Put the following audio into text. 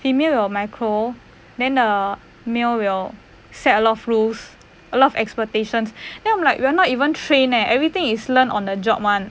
female will micro then the male will set a lot of rules a lot of expectations then I'm like we're not even trained eh everything is learn on the job [one]